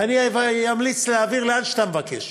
אני אמליץ להעביר לאן שאתה מבקש.